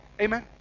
Amen